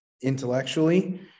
intellectually